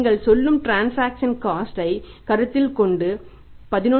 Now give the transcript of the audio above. நீங்கள் சொல்லும் transaction cost வை கருத்தில் கொண்டு 11